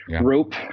rope